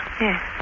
Yes